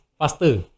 faster